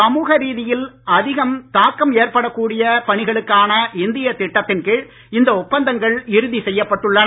சமூக ரீதியில் அதிகம் தாக்கம் ஏற்படக் கூடிய பணிகளுக்கான இந்திய திட்டத்தின் கீழ் இந்த ஒப்பந்தங்கள் இறுதி செய்யப்பட்டுள்ளன